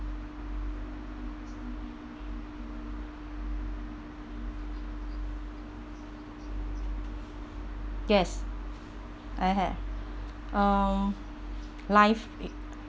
yes I have um life